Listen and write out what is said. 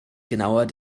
genauer